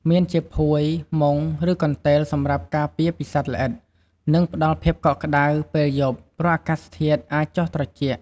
មានជាភួយ មុង ឬកន្ទេល សម្រាប់ការពារពីសត្វល្អិត និងផ្តល់ភាពកក់ក្តៅពេលយប់ ព្រោះអាកាសធាតុអាចចុះត្រជាក់។